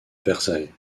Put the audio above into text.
versailles